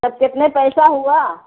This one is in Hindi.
सब कितने पईसा हुआ